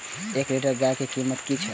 एक लीटर गाय के कीमत कि छै?